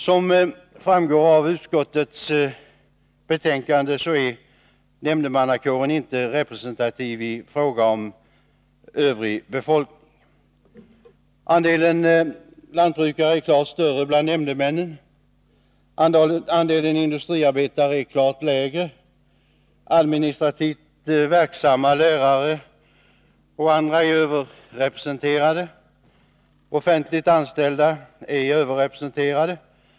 Som framgår av utskottets betänkande är nämndemannakåren inte representativ i fråga om fördelningen på yrkesgrupper. Andelen lantbrukare är klart större bland nämndemännen än bland befolkningen i övrigt. Andelen industriarbetare är klart lägre. Administrativt verksamma och lärare är överrepresenterade. Offentligt anställda är också överrepresenterade.